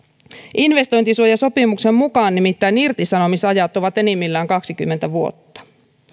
investointisuojasopimuksen mukaan nimittäin irtisanomisajat ovat enimmillään kaksikymmentä vuotta